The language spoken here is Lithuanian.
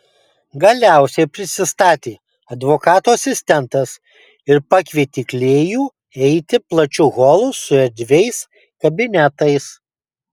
galiausiai prisistatė advokato asistentas ir pakvietė klėjų eiti plačiu holu su erdviais kabinetais